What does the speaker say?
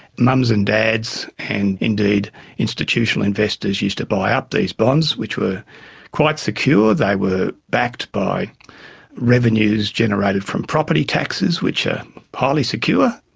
mums and dads and indeed institutional investors used to buy up these bonds, which were quite secure, they were backed by revenues generated from property taxes which are highly secure,